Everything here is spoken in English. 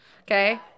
okay